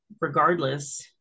Regardless